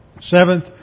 Seventh